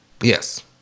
Yes